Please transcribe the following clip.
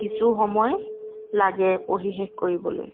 কিছু সময় লাগে পঢ়ি শেষ কৰিবলৈ